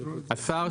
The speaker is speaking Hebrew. השר,